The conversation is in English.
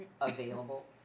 available